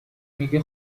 میگه